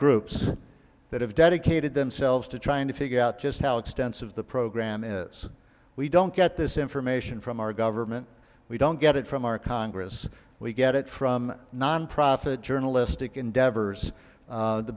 groups that have dedicated themselves to trying to figure out just how extensive the program is we don't get this information from our government we don't get it from our congress we get it from nonprofit journalistic endeavors